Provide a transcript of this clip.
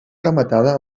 rematada